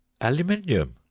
Aluminium